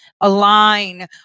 align